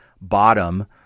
bottom